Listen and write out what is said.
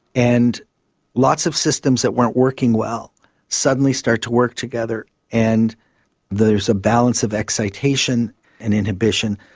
and lots of systems that weren't working well suddenly start to work together, and there's a balance of excitation and inhibition.